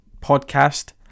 podcast